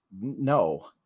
no